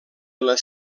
les